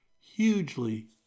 hugely